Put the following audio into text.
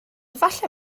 falle